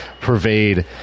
pervade